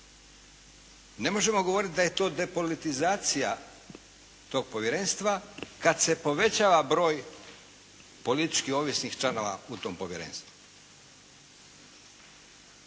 Ne možemo govoriti da je to depolitizacija tog povjerenstva kad se povećava broj politički ovisnih članova u tom povjerenstvu.